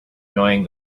knowing